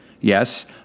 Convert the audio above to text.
Yes